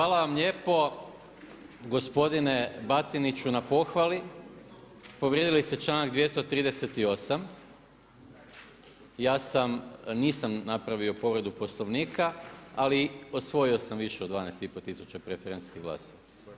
Hvala vam lijepo gospodine Batiniću na pohvali, povrijedili ste članak 238. ja nisam napravio povredu Poslovnika, ali osvojio sam više od 12,5 tisuća preferencijskih glasova.